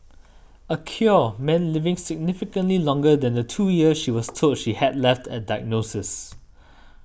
a cure meant living significantly longer than the two years she was told she had left at diagnosis